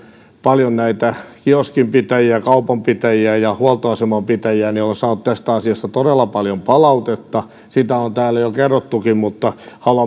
paljon näitä kioskinpitäjiä kaupanpitäjiä ja huoltoasemanpitäjiä niin olen saanut tästä asiasta todella paljon palautetta näitä on täällä jo kerrottukin mutta haluan